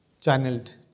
channeled